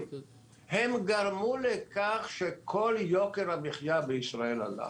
אתם עוסקים בנמלים?